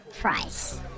price